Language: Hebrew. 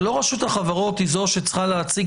אבל לא רשות החברות היא זו שצריכה להציג